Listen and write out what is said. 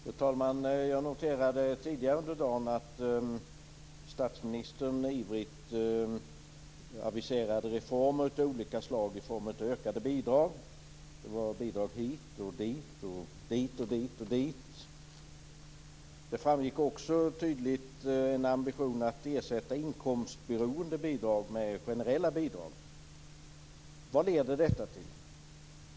Fru talman! Jag noterade tidigare under dagen att statsministern ivrigt aviserade reformer av olika slag i form av ökade bidrag. Det var bidrag hit och bidrag dit. Det framgick också tydligt en ambition att ersätta inkomstrelaterade bidrag med generella bidrag. Vad leder detta till?